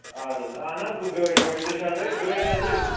آدٕ حظ آنہٕ حظ بہٕ گٲڑۍ وٲڑۍ تیٚلہِ چھےٚ حظ أتھۍ گٲڑۍ چھےٚ حظ أتھۍ